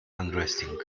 unresting